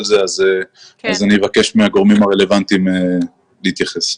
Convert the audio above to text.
אני אבקש מהגורמים הרלוונטיים להתייחס.